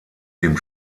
dem